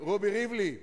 רובי ריבלין,